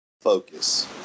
focus